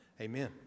amen